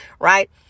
Right